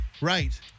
Right